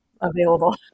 Available